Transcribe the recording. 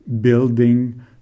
building